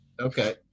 Okay